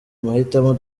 mahitamo